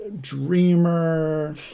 dreamer